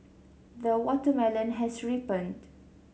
the watermelon has ripened